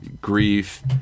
grief